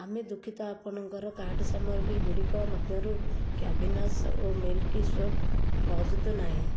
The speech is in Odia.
ଆମେ ଦୁଃଖିତ ଆପଣଙ୍କର କାର୍ଟ୍ ସାମଗ୍ରୀଗୁଡ଼ିକ ମଧ୍ୟରୁ କ୍ୟାଭିନସ ଓ ମିଲ୍କ୍ଶେକ୍ ମହଜୁଦ ନାହିଁ